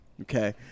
Okay